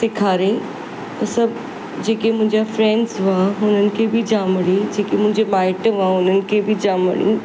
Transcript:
सेखारियईं ऐं सभु जेके मुंहिंजा फ्रेंड्स हुआ हुननि खे बि जाम वणी जेके मुंहिंजी माइटु हुआ हुननि खे बि जाम वणी